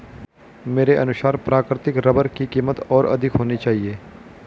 मेरे अनुसार प्राकृतिक रबर की कीमत और अधिक होनी चाहिए